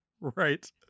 Right